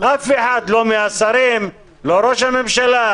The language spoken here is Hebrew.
אף אחד מהם, לא מהשרים, לא ראש הממשלה,